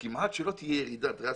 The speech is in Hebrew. וכמעט שלא תהיה ירידה דרסטית.